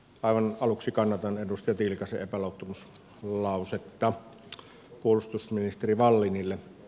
aivan aluksi kannatan edustaja tiilikaisen epäluottamuslausetta puolustusministeri wallinille